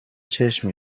چشم